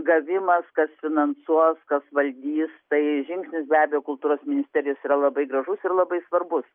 gavimas kas finansuos kas valdys tai žingsnis be abejo kultūros ministerijos yra labai gražus ir labai svarbus